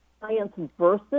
science-versus